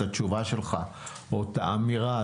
התשובה שלך או האמירה,